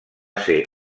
ser